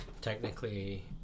technically